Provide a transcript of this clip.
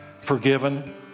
forgiven